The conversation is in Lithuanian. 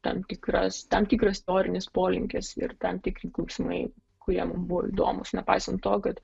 tam tikras tam tikras istorinis polinkis ir tam tikri klausimai kurie mum buvo įdomūs nepaisant to kad